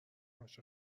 عاشق